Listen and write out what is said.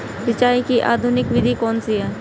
सिंचाई की आधुनिक विधि कौन सी है?